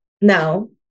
no